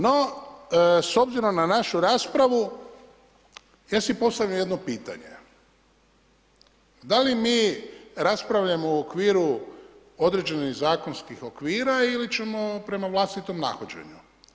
No, s obzirom na našu raspravu, ja si postavljam jedno pitanje, da li mi raspravljamo u okviru određenih zakonskih okvira ili ćemo prema vlastitom nahođenju?